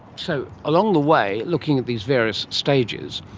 so along the way, looking at these various stages,